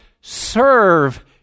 serve